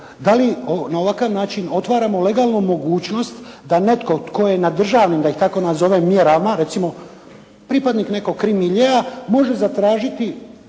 da li na ovakav način otvaramo legalnu mogućnost da netko tko je na državnim da tako nazovem mjerama recimo pripadnik nekog krimiljea može zatražiti